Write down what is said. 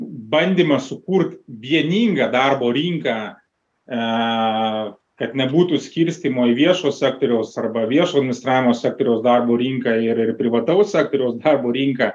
bandymas sukurt vieningą darbo rinką kad nebūtų skirstymo į viešo sektoriaus arba viešo administravimo sektoriaus darbo rinką ir ir privataus sektoriaus darbo rinką